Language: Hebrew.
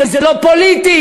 זה לא פוליטי,